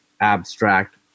abstract